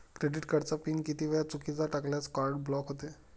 Credit कार्डचा pin किती वेळा चुकीचा टाकल्यास कार्ड ब्लॉक होते?